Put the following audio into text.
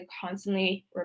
constantly